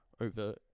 over